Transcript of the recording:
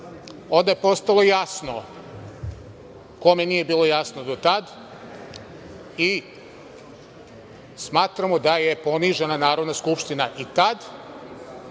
onda je postalo jasno kome nije bilo jasno do tada. Smatramo da je ponižena Narodna skupština i tad